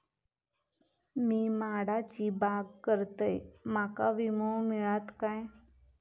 मी माडाची बाग करतंय माका विमो मिळात काय?